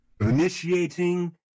Initiating